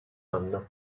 anno